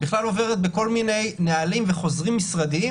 בכלל עוברת בכל מיני נהלים וחוזרים משרדיים